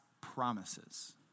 promises